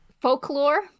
folklore